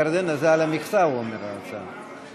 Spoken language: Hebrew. ירדנה, זה על המכסה, הוא אומר, ההצעה.